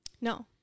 No